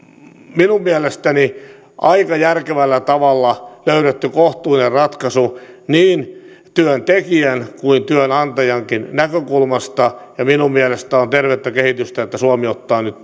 minun mielestäni aika järkevällä tavalla löydetty kohtuullinen ratkaisu niin työntekijän kuin työnantajankin näkökulmasta ja minun mielestäni on tervettä kehitystä että suomi ottaa nyt